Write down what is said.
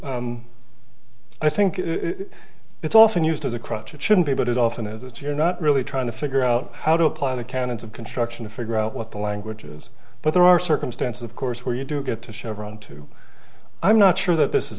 two i think it's often used as a crutch it shouldn't be but it often is that you're not really trying to figure out how to apply the canons of construction to figure out what the languages but there are circumstances of course where you do get to chevron two i'm not sure that this